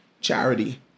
charity